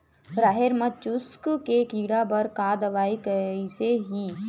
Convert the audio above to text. राहेर म चुस्क के कीड़ा बर का दवाई कइसे ही?